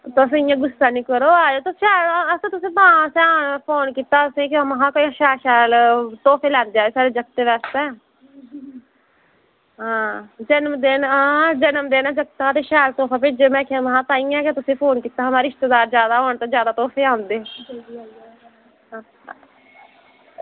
तुस इ'यां गुस्सा निं करो आएओ तुसें असें तुसें गी फोन कीता हा कि तुस शैल शैल तोह्फे लैंदे आवेओ साढ़े जागतै आस्तै हां जनमदिन हां जनमदिन जागतै दा शैल तोहफा भेजेओ में आखेआ ताहियें में तुसेंगी फोन कीता हा महां जैदा रिश्तेदार होन जैदा तोहफे औंदे